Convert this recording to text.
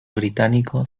británico